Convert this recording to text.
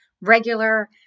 regular